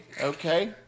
okay